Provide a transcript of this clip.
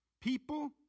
people